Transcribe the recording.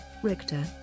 Richter